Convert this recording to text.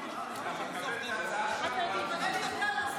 אדוני היושב-ראש,